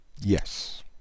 Yes